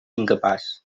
incapaç